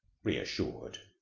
reassured,